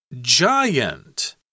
Giant